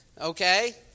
okay